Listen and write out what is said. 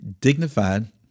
dignified